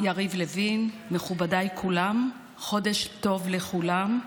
יריב לוין, מכובדיי כולם, חודש טוב לכולם.